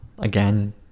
again